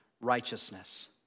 righteousness